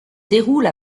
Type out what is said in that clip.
déroule